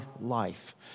life